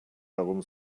darum